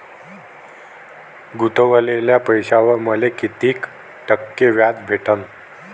गुतवलेल्या पैशावर मले कितीक टक्के व्याज भेटन?